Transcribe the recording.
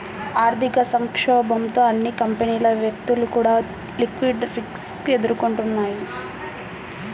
ఆర్థిక సంక్షోభంతో అన్ని కంపెనీలు, వ్యక్తులు కూడా లిక్విడిటీ రిస్క్ ఎదుర్కొన్నయ్యి